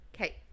Okay